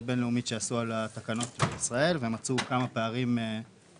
בין-לאומית שעשו על התקנות בישראל ומצאו כמה פערים בחקיקה.